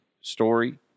story